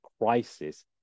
crisis